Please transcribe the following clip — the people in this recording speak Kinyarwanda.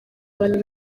abantu